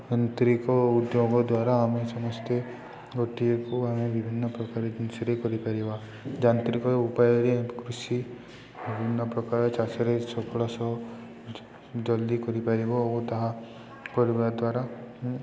ଯାନ୍ତ୍ରିକ ଉଦ୍ୟୋଗ ଦ୍ୱାରା ଆମେ ସମସ୍ତେ ଗୋଟିଏକୁ ଆମେ ବିଭିନ୍ନପ୍ରକାର ଜିନିଷରେ କରିପାରିବା ଯାନ୍ତ୍ରିକ ଉପାୟରେ କୃଷି ବିଭିନ୍ନପ୍ରକାର ଚାଷରେ ସଫଳ ସହ ଜଲ୍ଦି କରିପାରିବ ଓ ତାହା କରିବା ଦ୍ୱାରା